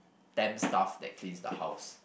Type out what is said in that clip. temp staff that cleans the house